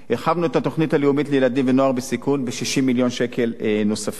הרחבנו את התוכנית הלאומית לילדים ונוער בסיכון ב-60 מיליון שקל נוספים.